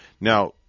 Now